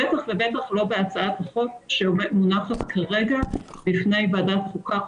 בטח ובטח לא בהצעת החוק שמונחת כרגע בפני ועדת החוקה,